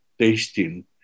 tasting